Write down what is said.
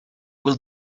will